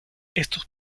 estos